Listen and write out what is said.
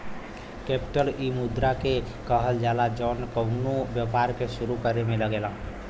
capital इ मुद्रा के कहल जाला जौन कउनो व्यापार के सुरू करे मे लगेला